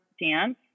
dance